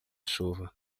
chuva